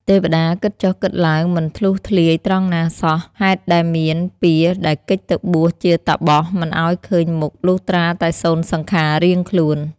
ទេវតាគិតចុះគិតឡើងមិនធ្លុះធ្លាយត្រង់ណាសោះ ហេតុដែលមាន ពៀរដែលគេចទៅបួសជាតាបសមិនឱ្យឃើញមុខលុះត្រាតែសូន្យសង្ខាររៀងខ្លួន។